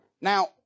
Now